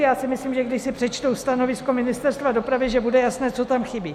Já si myslím, že když si přečtou stanovisko Ministerstva dopravy, bude jasné, co tam chybí.